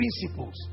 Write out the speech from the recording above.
principles